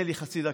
תן לי חצי דקה,